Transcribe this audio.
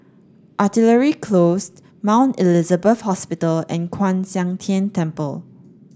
Artillery Closed Mount Elizabeth Hospital and Kwan Siang Tng Temple